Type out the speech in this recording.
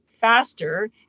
faster